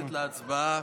בהצבעה.